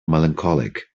melancholic